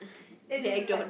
as in like